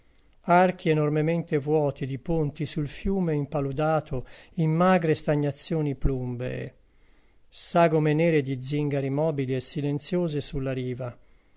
archi enormemente vuoti di ponti sul fiume impaludato in magre stagnazioni plumbee sagome nere di zingari mobili e silenziose sulla riva